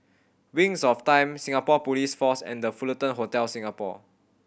Wings of Time Singapore Police Force and The Fullerton Hotel Singapore